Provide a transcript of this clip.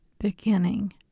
beginning